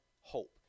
Hope